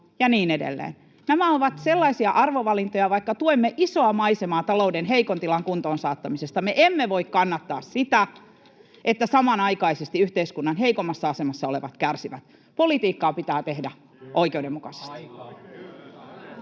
Nämä ovat sellaisia arvovalintoja, että vaikka tuemme isoa maisemaa talouden heikon tilan kuntoon saattamisessa, me emme voi kannattaa sitä, että samanaikaisesti yhteiskunnan heikoimmassa asemassa olevat kärsivät. Politiikkaa pitää tehdä oikeudenmukaisesti.